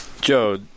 Joe